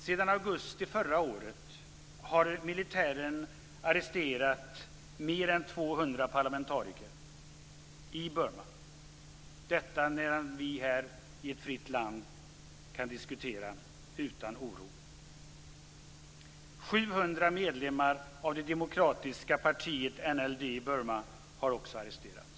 Sedan augusti förra året har militären arresterat mer än 200 parlamentariker i Burma. Detta medan vi här i ett fritt land kan diskutera utan oro. Omkring 700 medlemmar av det demokratiska partiet NLD i Burma har också arresterats.